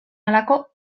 halako